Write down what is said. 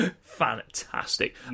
fantastic